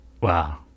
Wow